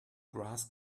grass